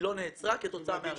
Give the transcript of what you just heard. לא נעצרה כתוצאה מהרפורמה.